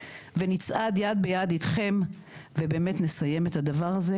ונצעד יד ביד אתכם ובאמת נסיים את הדבר הזה,